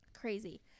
Crazy